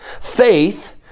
Faith